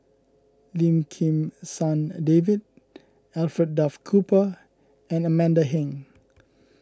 Lim Kim San David Alfred Duff Cooper and Amanda Heng